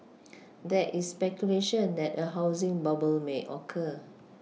there is speculation that a housing bubble may occur